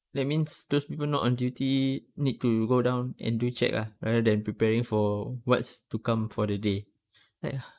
that means those people not on duty need to go down and do check ah rather than preparing for what's to come for the day like ha